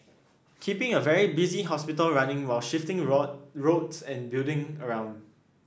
keeping a very busy hospital running while shifting road roads and building around